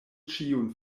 ĉiun